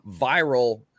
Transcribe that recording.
Viral